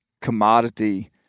commodity